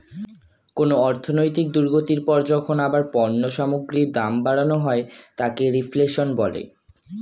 কোনো অর্থনৈতিক দুর্গতির পর যখন আবার পণ্য সামগ্রীর দাম বাড়ানো হয় তাকে রিফ্লেশন বলে